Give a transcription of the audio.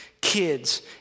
kids